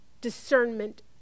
discernment